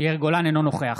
אינו נוכח